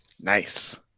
Nice